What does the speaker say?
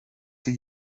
die